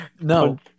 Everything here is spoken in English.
No